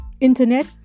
internet